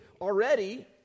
Already